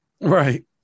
Right